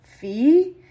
fee